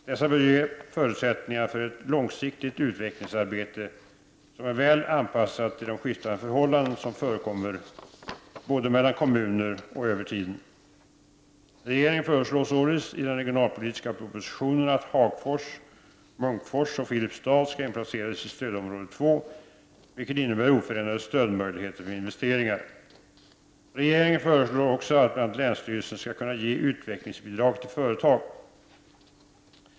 Dessa bör ge förutsättningar för ett långsiktigt utvecklingsarbete som är väl anpassat till de skiftande förhållanden som förekommer, både mellan kommuner och över tiden. Regeringen föreslår således i den regionalpolitiska propositionen att Hagfors, Munkfors och Filipstad skall inplaceras i stödområde 2, vilket innebär oförändrade stödmöjligheter för investeringar. Regeringen föreslår också att bl.a. länsstyrelsen skall kunna ge utvecklingsbidrag till företag.